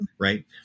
right